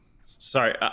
sorry